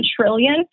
trillion